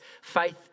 faith